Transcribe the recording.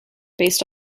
based